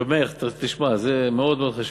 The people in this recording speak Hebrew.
ר' מאיר, תשמע, זה מאוד מאוד חשוב,